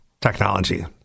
technology